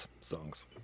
songs